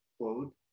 quote